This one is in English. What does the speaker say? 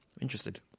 interested